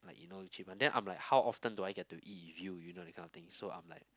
you know Ichiban then I'm like how often do I get to eat with you that kind of thing so I'm like